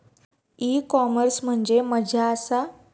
E commerce म्हणजे मझ्या आसा?